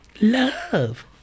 Love